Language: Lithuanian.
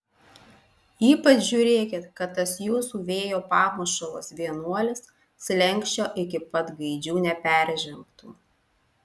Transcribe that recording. ypač žiūrėkit kad tas jūsų vėjo pamušalas vienuolis slenksčio iki pat gaidžių neperžengtų